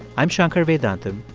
i'm shankar vedantam.